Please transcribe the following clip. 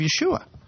Yeshua